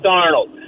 Darnold